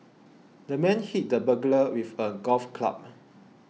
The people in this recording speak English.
the man hit the burglar with a golf club